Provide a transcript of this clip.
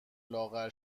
لاغر